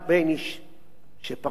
שפרשה רק לפני זמן קצר,